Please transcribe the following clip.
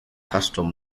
custom